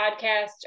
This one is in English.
podcast